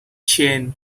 change